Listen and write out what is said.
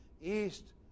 east